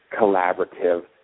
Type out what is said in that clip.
collaborative